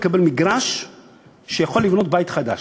יקבל מגרש שעליו יוכל לבנות בית חדש.